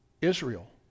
Israel